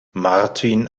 martin